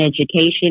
education